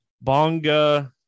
Bonga